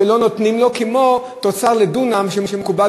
לא נותנים לו תוצר לדונם כמו שמקובל,